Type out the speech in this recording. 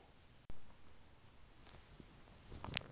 !wah!